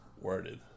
worded